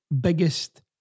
biggest